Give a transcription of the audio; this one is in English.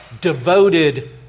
devoted